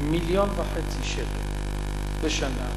מיליון וחצי שקל בשנה,